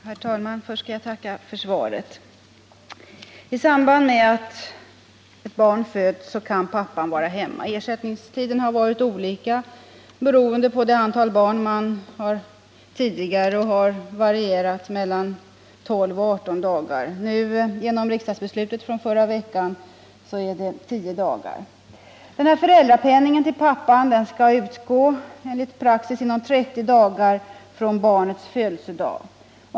Herr talman! Först skall jag be att få tacka för svaret. I samband med att ett barn föds kan pappan vara hemma. Ersättningstiden har varit olika, beroende på det antal barn man har tidigare, och har varierat mellan 12 och 18 dagar. Genom riksdagsbeslutet i förra veckan är ersättningstiden nu 10 dagar. Föräldrapenningen till pappan utgår enligt praxis inom 30 dagar från barnets födelsedag.